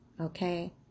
okay